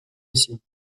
ici